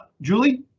Julie